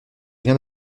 rien